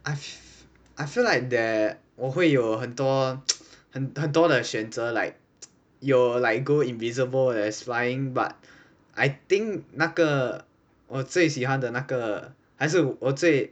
I f~ I feel like there 我会有很多 很多的选择 like 有 like go invisible there is flying but I think 那个我最喜欢的那个还是我最